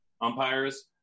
umpires